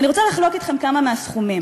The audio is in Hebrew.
ואני רוצה לחלוק אתכם כמה מהסכומים.